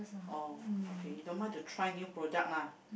oh okay you don't mind to try new product lah